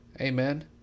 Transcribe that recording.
Amen